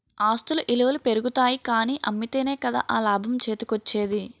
ఆస్తుల ఇలువలు పెరుగుతాయి కానీ అమ్మితేనే కదా ఆ లాభం చేతికోచ్చేది?